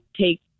take